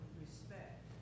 respect